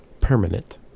permanent